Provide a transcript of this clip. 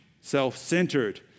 self-centered